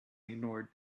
ignored